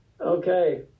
okay